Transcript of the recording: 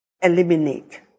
Eliminate